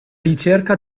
ricerca